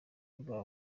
rwa